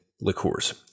liqueurs